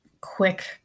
quick